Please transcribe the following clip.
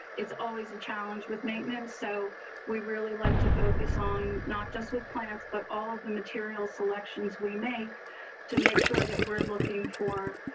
it's always a challenge with maintenance. so we really like to focus on, not just with plants, but all of the material selections, we make to make sure that we're looking for.